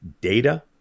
data